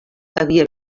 havia